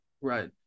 Right